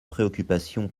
préoccupation